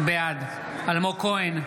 בעד אלמוג כהן,